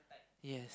yes